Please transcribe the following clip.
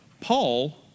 Paul